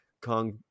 Kong